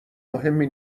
مهمی